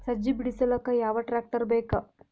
ಸಜ್ಜಿ ಬಿಡಿಸಿಲಕ ಯಾವ ಟ್ರಾಕ್ಟರ್ ಬೇಕ?